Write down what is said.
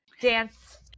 Dance